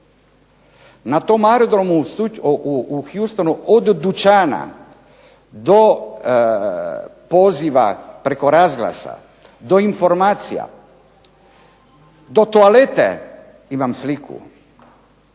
Na tom aerodromu u Hustonu od dućana, do poziva preko razglasa, do informacija, do toalete, imam sliku,